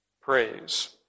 praise